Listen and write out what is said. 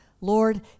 Lord